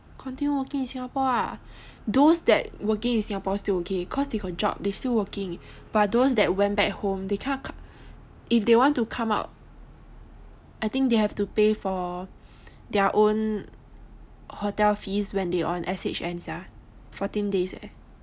continue working in Singapore lah those that working in Singapore still okay because they got job but once they went back home they cannot co~ they cannot come out I think they have to pay for their own hotel fees when they are on their S_H_N sia fourteen days eh